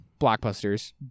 blockbusters